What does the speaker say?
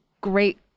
great